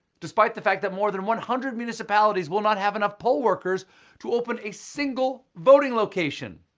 despite the fact that more than one hundred municipalities will not have enough poll workers to open a single voting location.